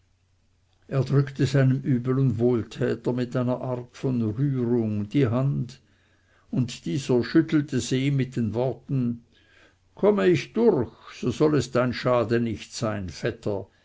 er drückte seinem übel und wohltäter mit einer art von rührung die hand und dieser schüttelte sie ihm mit den worten komme ich durch so soll es dein schade nicht sein vetter